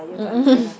mm